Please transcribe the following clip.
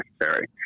necessary